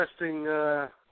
interesting